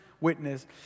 witness